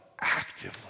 actively